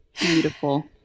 Beautiful